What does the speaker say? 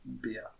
beer